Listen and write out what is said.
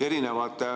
erinevate